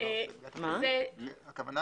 הכוונה